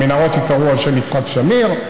המנהרות ייקראו על שם יצחק שמיר.